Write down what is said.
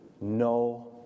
no